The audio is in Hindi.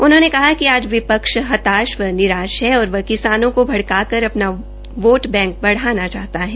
उन्होंने कहा कि आज विपक्ष हताश व निराश है और वह किसानों को भडक़ाकर अपना वोट बैंक बढ़ाना चाहता हैं